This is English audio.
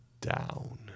down